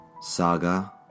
Saga